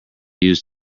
used